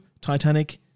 Titanic